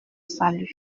salut